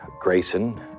Grayson